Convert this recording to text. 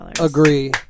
Agree